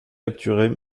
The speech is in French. capturés